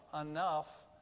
enough